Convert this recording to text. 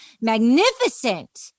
magnificent